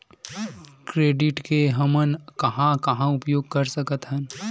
Credit के हमन कहां कहा उपयोग कर सकत हन?